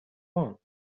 want